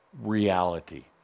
reality